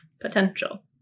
potential